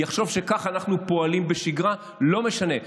יחשוב שכך אנחנו פועלים בשגרה: לא משנה,